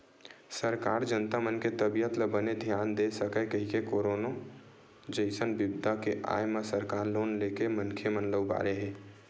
सरकार जनता मन के तबीयत ल बने धियान दे सकय कहिके करोनो जइसन बिपदा के आय म सरकार लोन लेके मनखे मन ल उबारे हे